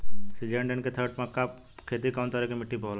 Syngenta NK thirty plus मक्का के के खेती कवना तरह के मिट्टी पर होला?